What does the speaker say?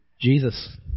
Jesus